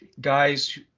guys